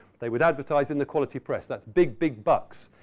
they would advertise in the quality press. that's big, big bucks.